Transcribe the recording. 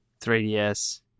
3DS